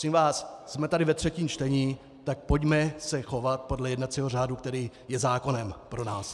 Prosím vás, jsme tady ve třetím čtení, tak pojďme se chovat podle jednacího řádu, který je zákonem pro nás.